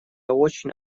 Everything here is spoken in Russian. очень